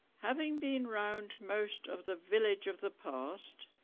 having been round most of the village of the past,